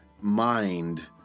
mind